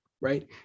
right